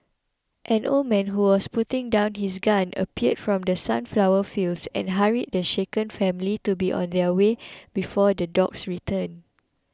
an old man who was putting down his gun appeared from the sunflower fields and hurried the shaken family to be on their way before the dogs return